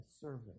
serving